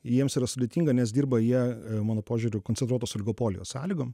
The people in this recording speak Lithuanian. jiems yra sudėtinga nes dirba jie mano požiūriu koncentruotos oligopolijos sąlygom